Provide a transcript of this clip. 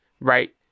right